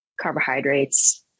carbohydrates